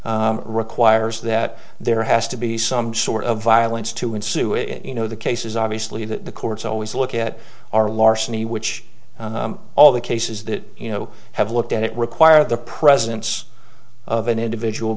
instance requires that there has to be some sort of violence to ensue if you know the cases obviously that the courts always look at are larceny which all the cases that you know have looked at it require the presidents of an individual